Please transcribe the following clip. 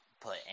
put